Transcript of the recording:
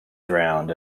drowned